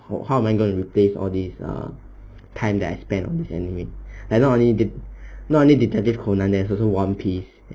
how am I going to replace all these uh time that I spend on this they're not only not only detective conan there's also one piece